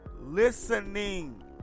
listening